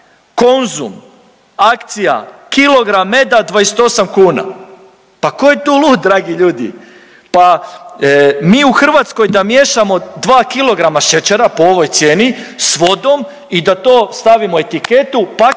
Konzum akcija kilogram meda 28 kuna. Pa tko je tu lud dragi ljudi? Pa mi u Hrvatskoj da miješamo dva kilograma šećera po ovoj cijeni s vodom i da to stavimo etiketu,